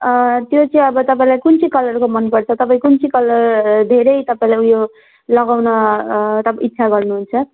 त्यो चाहिँ अब तपाईँलाई कुन चाहिँ कलरको मनपर्छ तपाईँ कुन चाहिँ कलर धेरै तपाईँलाई उयो लगाउन तपाईँ इच्छा गर्नुहुन्छ